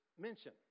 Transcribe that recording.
mention